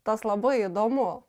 tas labai įdomu